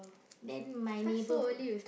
then my neighbourhood